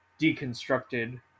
deconstructed